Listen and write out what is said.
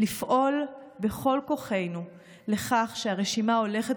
לפעול בכל כוחנו לכך שהרשימה ההולכת